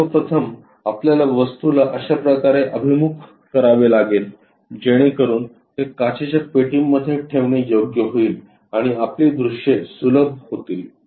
सर्वप्रथम आपल्याला वस्तूला अश्या प्रकारे अभिमुख करावे लागेल जेणेकरून ते काचेच्या पेटीमध्ये ठेवणे योग्य होईल आणि आपली दृश्ये सुलभ होतील